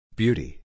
Beauty